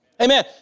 Amen